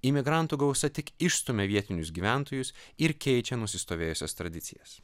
imigrantų gausa tik išstumia vietinius gyventojus ir keičia nusistovėjusias tradicijas